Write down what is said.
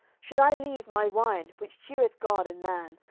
should i leave my wine, which cheereth god and man,